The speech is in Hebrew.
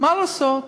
מה לעשות,